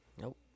Nope